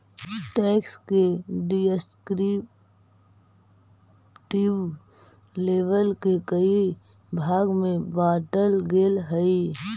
tax के descriptive label के कई भाग में बांटल गेल हई